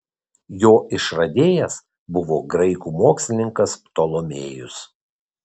jo išradėjas buvo graikų mokslininkas ptolomėjus